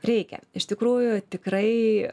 reikia iš tikrųjų tikrai